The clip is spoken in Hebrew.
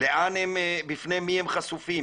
בפני מי הם חשופים?